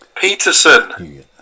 Peterson